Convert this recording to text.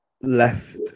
left